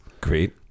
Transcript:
Great